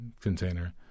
container